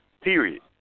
Period